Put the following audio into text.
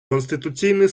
конституційний